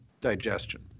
digestion